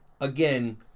again